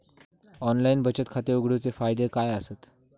Online बचत खाता उघडूचे फायदे काय आसत?